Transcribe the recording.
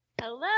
Hello